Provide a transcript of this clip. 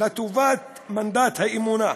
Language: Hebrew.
לטובת מנדט האמונה,